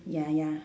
ya ya